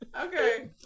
Okay